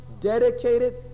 dedicated